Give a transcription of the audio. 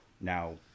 Now